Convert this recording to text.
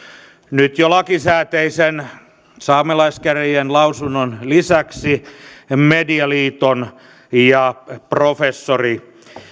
nyt jo lakisääteisen saamelaiskäräjien lausunnon lisäksi medialiiton ja professori